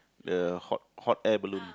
the hot hot air balloon